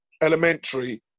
elementary